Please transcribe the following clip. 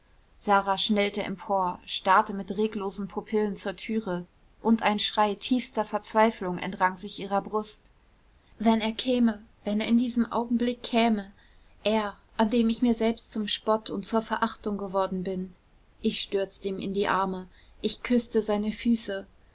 sara schnellte empor starrte mit reglosen pupillen zur türe und ein schrei tiefster verzweiflung entrang sich ihrer brust wenn er käme wenn er in diesem augenblick käme er an dem ich mir selbst zum spott und zur verachtung geworden bin ich stürzte ihm in die arme ich küßte seine füße